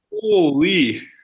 Holy